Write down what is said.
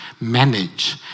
manage